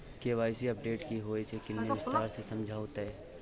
KYC update की होय छै किन्ने विस्तार से समझाऊ ते?